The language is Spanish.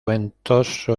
ventoso